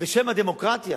בשם הדמוקרטיה,